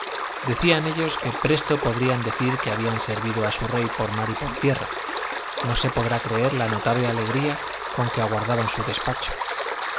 decían ellos que presto podrían decir que habían servido a su rey por mar y por tierra no se podrá creer la notable alegría con que aguardaban su despacho